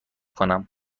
کنم